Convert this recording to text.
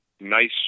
nice